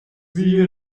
sie